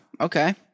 okay